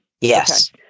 Yes